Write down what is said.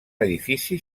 edifici